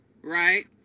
right